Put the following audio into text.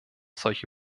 solche